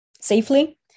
safely